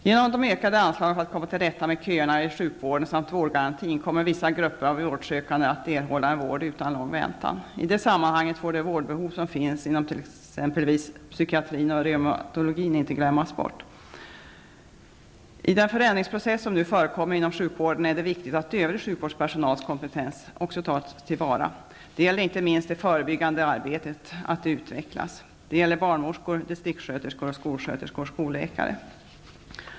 Genom de ökade anslagen för att komma till rätta med köerna i sjukvården samt vårdgarantin kommer vissa grupper av vårdsökande att erhålla vård utan lång väntan. I det sammanhanget får de vårdbehov som finns inom exempelvis psykiatrin och reumatologin inte glömmas bort. I den förändringsprocess som nu förekommer inom sjukvården är det viktigt att övrig sjukvårdspersonals kompetens tas till vara. Det gäller inte minst att det förebyggande arbetet utvecklas. Det gäller barnmorskor, distriktssköterskor och skolsköterskor/skolläkare.